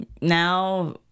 Now